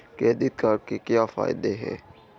Credit card के क्या फायदे हैं?